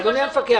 אדוני המפקח,